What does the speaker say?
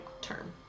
term